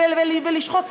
ולשחוק,